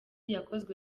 yakozwe